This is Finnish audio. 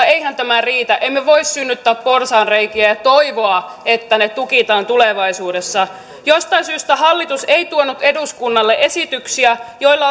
eihän tämä riitä emme voi synnyttää porsaanreikiä ja toivoa että ne tukitaan tulevaisuudessa jostain syystä hallitus ei tuonut eduskunnalle esityksiä joilla